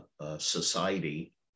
society